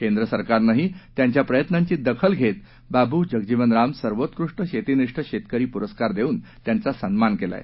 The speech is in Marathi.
केंद्र सरकारनंही त्यांच्या प्रयत्नांची दखल घेत बाबू जगजिवन राम सर्वोत्कृष्ट शेतीनिष्ठ शेतकरी पुरस्कार देऊन त्यांचा सन्मान केला आहे